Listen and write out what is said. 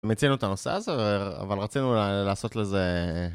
מיצינו את הנושא הזה, אבל רצינו לעשות לזה...